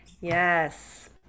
yes